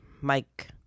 Mike